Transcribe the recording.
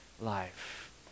life